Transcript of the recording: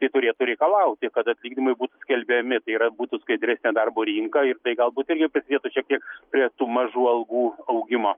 tai turėtų reikalauti kad atlyginimai būtų skelbiami tai yra būtų skaidri darbo rinka ir tai galbūt irgi prisidėtų šiek tiek prie tų mažų algų augimo